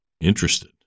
interested